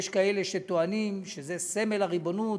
יש כאלה שטוענים שזה סמל הריבונות.